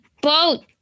boat